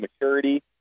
maturity